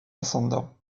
ascendant